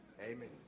Amen